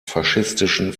faschistischen